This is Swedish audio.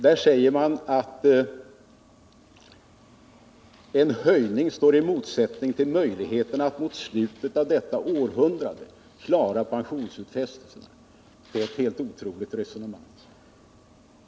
Där säger man att en höjning står i motsättning till möjligheten att mot slutet av detta århundrade klara gjorda pensionsutfästelser. Det är ett helt otroligt resonemang.